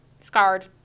scarred